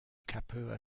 capua